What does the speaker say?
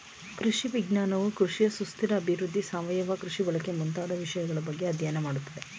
ಕೃಷಿ ವಿಜ್ಞಾನವು ಕೃಷಿಯ ಸುಸ್ಥಿರ ಅಭಿವೃದ್ಧಿ, ಸಾವಯವ ಕೃಷಿ ಬಳಕೆ ಮುಂತಾದ ವಿಷಯಗಳ ಬಗ್ಗೆ ಅಧ್ಯಯನ ಮಾಡತ್ತದೆ